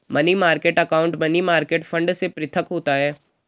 money market account money market fund से पृथक होता है